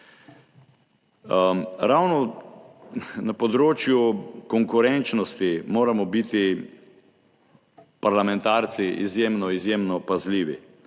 Ravno na področju konkurenčnosti moramo biti parlamentarci izjemno izjemno